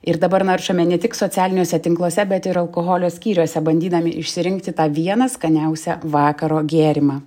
ir dabar naršome ne tik socialiniuose tinkluose bet ir alkoholio skyriuose bandydami išsirinkti tą vieną skaniausią vakaro gėrimą